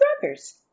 brothers